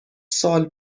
سال